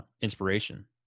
inspiration